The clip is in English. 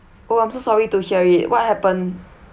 oh I'm so sorry to hear it what happen